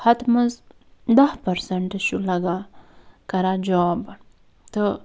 ہَتہٕ منٛز باہ پرٛسَنٹ چھُ لگان کران جاب تہٕ